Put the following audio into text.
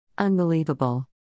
Unbelievable